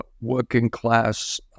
working-class